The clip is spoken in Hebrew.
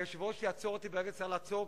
והיושב-ראש יעצור אותי ברגע שצריך לעצור,